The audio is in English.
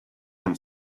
him